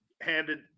handed